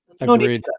Agreed